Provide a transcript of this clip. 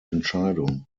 entscheidung